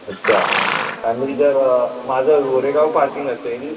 अच्छा आणि जर माझं गोरेगाव पासिंग असेल